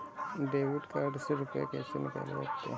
Debit card से रुपये कैसे निकाले जाते हैं?